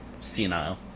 senile